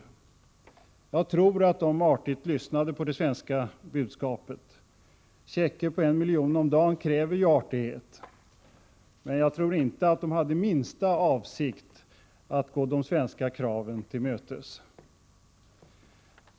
Jag tror att de artigt lyssnade på det svenska budskapet — checker på 1 milj.kr. om dagen kräver ju artighet — men jag tror inte att de hade minsta avsikt att gå de svenska kraven till mötes.